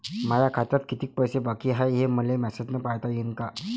माया खात्यात कितीक पैसे बाकी हाय, हे मले मॅसेजन पायता येईन का?